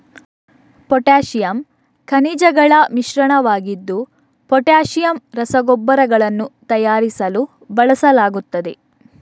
potassium ಖನಿಜಗಳ ಮಿಶ್ರಣವಾಗಿದ್ದು potassium ರಸಗೊಬ್ಬರಗಳನ್ನು ತಯಾರಿಸಲು ಬಳಸಲಾಗುತ್ತದೆ